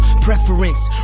preference